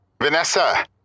Vanessa